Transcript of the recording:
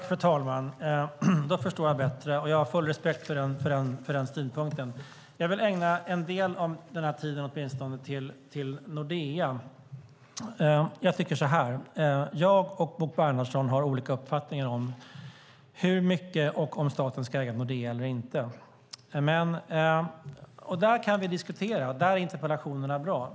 Fru talman! Då förstår jag bättre, och jag har full respekt för den synpunkten. Jag vill ägna åtminstone en del av den här tiden till Nordea. Jag och Bo Bernhardsson har olika uppfattningar om huruvida staten ska äga Nordea eller inte och hur mycket. Det kan vi diskutera. Där är interpellationerna bra.